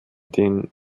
den